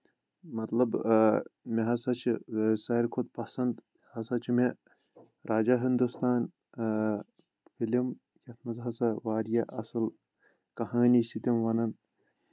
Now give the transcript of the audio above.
مطلب مےٚ ہسا چھِ ساروی کھۄتہٕ پسنٛد ہسا چھُ مےٚ راجا ہندوستان فِلِم یتھ منٛز ہسا واریاہ اَصٕل کہٲنی چھِ تِم ونان